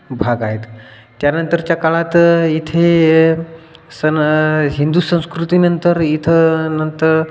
भाग आहेत त्यानंतरच्या काळात इथे सन हिंदू संस्कृतीनंतर इथं नंतर